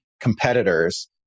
competitors